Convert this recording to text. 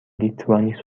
لیتوانی